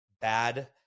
bad